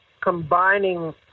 combining